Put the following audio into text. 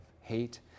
hate